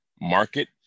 market